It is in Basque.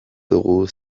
dugu